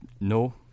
No